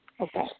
Okay